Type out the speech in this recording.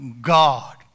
God